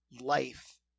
life